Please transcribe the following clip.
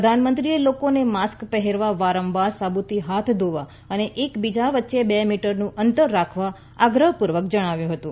પ્રધાનમંત્રીએ લોકોને માસ્ક પહેરવા વારંવાર સાબુથી હાથ ધોવા અને એકબીજા વચ્ચે બે મીટરનું અંતર રાખવા આગ્રહ પૂર્વક જણાવ્યું હતું